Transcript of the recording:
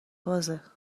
بازه